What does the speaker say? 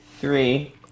Three